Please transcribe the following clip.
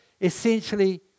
essentially